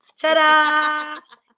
Ta-da